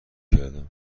کردم